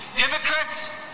Democrats